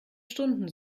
stunden